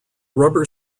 rubber